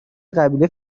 قبیله